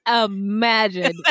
imagine